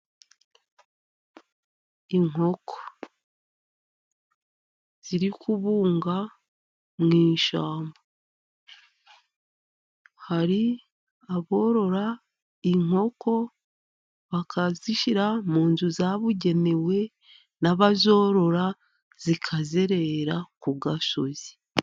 Inkoko ziri kubunga mu ishyamba, hari aborora inkoko bakazishyira mu nzu zabugenewe ,n'abazorora zikazerera ku gasozi.